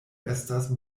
estas